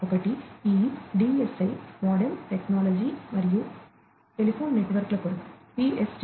ఒకటి ఈ DSL MODEM technology మరియు టెలిఫోన్ నెట్వర్క్ల కొరకు PSTN